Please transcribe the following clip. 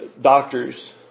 doctors